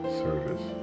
service